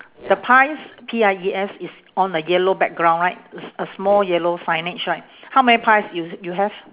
the pies P I E S is on a yellow background right a s~ a small yellow signage right how many pies you you have